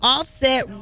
Offset